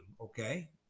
okay